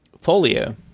folio